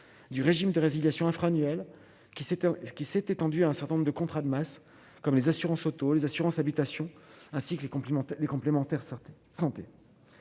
du régime de résiliation infra-annuelles qui s'était ce qui s'est étendu à un certain nombre de contrats de masse comme les assurances auto, les assurances habitation ainsi que les compliments les